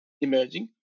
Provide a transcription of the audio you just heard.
emerging